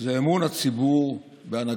זה אמון הציבור בהנהגתו.